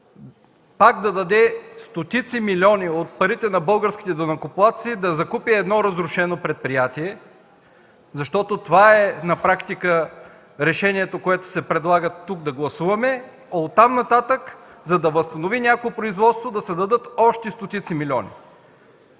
пак да даде стотици милиони от парите на българските данъкоплатци да закупи едно разрушено предприятие, защото това е на практика решението, което се предлага да гласуваме тук, а от там нататък, за да възстанови някакво производство, да се дадат още стотици милиони.